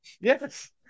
Yes